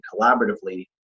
collaboratively